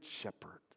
shepherd